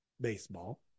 baseball